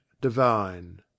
divine